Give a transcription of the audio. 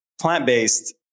plant-based